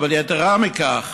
יתרה מכך,